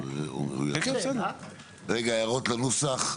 רגע, הערות לנוסח.